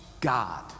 God